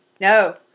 no